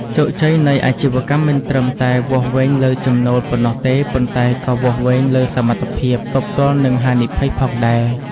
ជោគជ័យនៃអាជីវកម្មមិនត្រឹមតែវាស់វែងលើចំណូលប៉ុណ្ណោះទេ ប៉ុន្តែក៏វាស់វែងលើសមត្ថភាព ទប់ទល់នឹងហានិភ័យ ផងដែរ។